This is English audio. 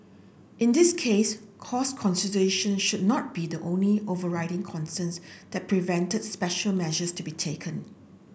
in this case cost considerations should not be the only overriding concerns that prevented special measures to be taken